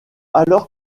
alors